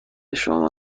شما